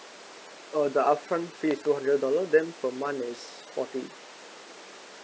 uh the upfront fee is two hundred dollars then per month is forty